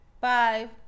five